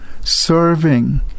serving